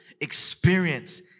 experience